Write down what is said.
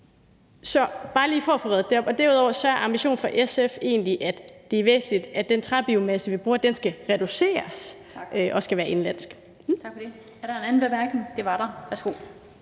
er bare lige for at få det redet ud. Derudover er ambitionen for SF egentlig, at det er væsentligt, at den træbiomasse, vi bruger, skal reduceres og skal være indenlandsk. Kl. 16:58 Den fg. formand (Annette Lind): Tak for det. Er